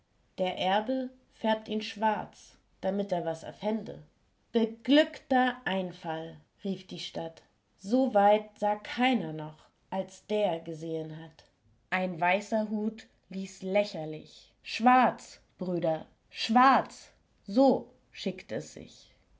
der erbe färbt ihn schwarz damit er was erfände beglückter einfall rief die stadt so weit sah keiner noch als der gesehen hat ein weißer hut ließ lächerlich schwarz brüder schwarz so schickt es sich